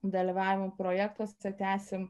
dalyvavimą projektuose tęsim